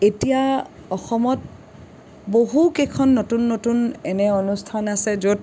এতিয়া অসমত বহু কেইখন নতুন নতুন এনে অনুষ্ঠান আছে য'ত